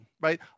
right